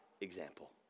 example